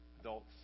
adults